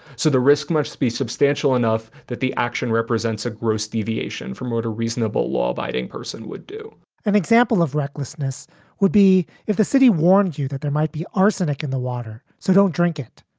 so the risk must be substantial enough that the action represents a gross deviation from what reasonable, law abiding person would do an example of recklessness would be if the city warned you that there might be arsenic in the water. so don't drink it.